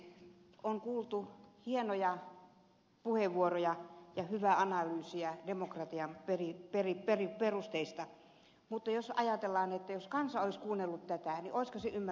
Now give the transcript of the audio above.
on kuultu hienoja puheenvuoroja ja hyvää analyysiä demokratian perusteista mutta jos kansa olisi kuunnellut tätä niin olisiko se ymmärtänyt yhtään mitään